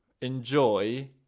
enjoy